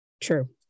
True